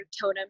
totem